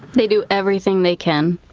they do everything they can.